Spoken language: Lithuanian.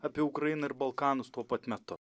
apie ukrainą ir balkanus tuo pat metu